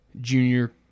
junior